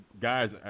guys